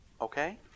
Okay